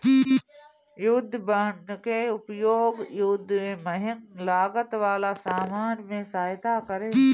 युद्ध बांड के उपयोग युद्ध में महंग लागत वाला सामान में सहायता करे